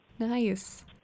Nice